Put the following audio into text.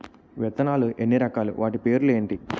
విత్తనాలు ఎన్ని రకాలు, వాటి పేర్లు ఏంటి?